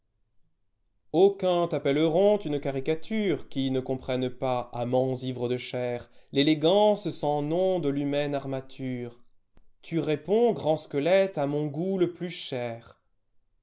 aucuns t'appelleront une caricature qui ne comprennent pas amants ites de chair l'éléiance sans nom de l'humaine armature tu réponds grand squelette à mon goût le plus cher